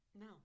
No